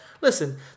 Listen